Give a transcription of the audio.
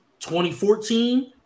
2014